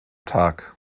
tag